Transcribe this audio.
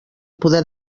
poder